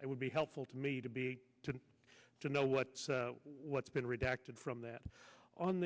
it would be helpful to me to be to know what what's been redacted from that on